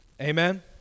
Amen